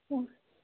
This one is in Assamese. মোৰ